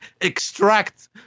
extract